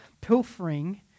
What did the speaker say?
pilfering